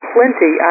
plenty